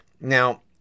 Now